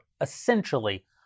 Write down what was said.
essentially